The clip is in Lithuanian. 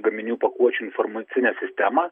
gaminių pakuočių informacinę sistemą